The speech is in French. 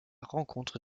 rencontre